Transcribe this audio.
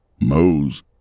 Mose